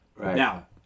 Now